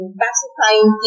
pacifying